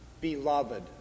Beloved